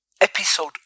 Episode